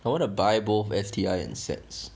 I want to buy both S_T_I and sets